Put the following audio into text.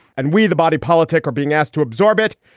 and we, the body politic, are being asked to absorb it.